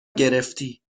گرفتی